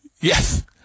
Yes